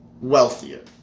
wealthier